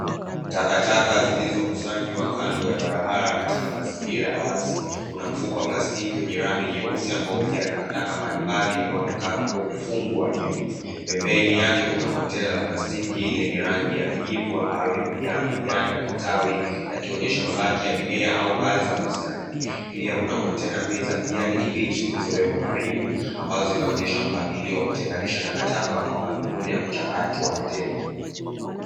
Takataka zilizokusanywa kando ya barabara katika mazingira ya wazi kuna mfuko wa plastiki wenye rangi nyeusi ambao umejaa takataka mbalimbali unaoonekana kuwa umefungwa juu. Pembeni yake kuna chombo cha plastiki lenye rangi ya kijivu ambalo limejaa majani na matawi yakionyesha mabaki ya mimea au kazi za bustani. Pia kuna vyombo viwili vya kijani kibichi zilizowekwa karibu ambazo zinaonyesha mpangilio wa kutenganisha takataka kwa madhumuni ya kuchakatwa tena.